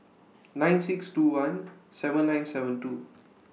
nine six two one seven nine seven two